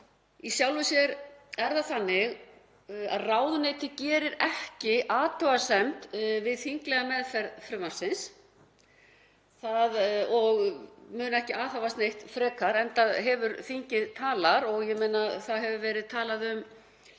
Í sjálfu sér er það þannig að ráðuneytið gerir ekki athugasemd við þinglega meðferð frumvarpsins og mun ekki aðhafast neitt frekar enda hefur þingið talað. Það hefur jafnvel verið talað um